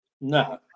No